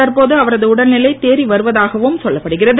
தற்போது அவரது உடல்நிலை தேறி வருவதாகவும் சொல்லப்படுகிறது